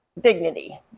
dignity